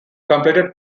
completed